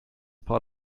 part